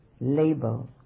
label